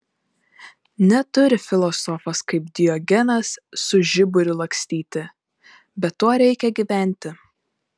neturi filosofas kaip diogenas su žiburiu lakstyti bet tuo reikia gyventi